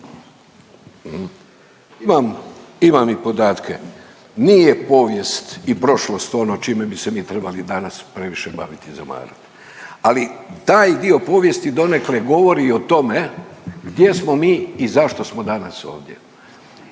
imam i podatke, nije povijest i prošlost ono čime bi se mi trebali danas previše bavit i zamarat, ali taj dio povijesti donekle govori o tome gdje smo mi i zašto smo danas ovdje.